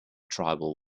tribal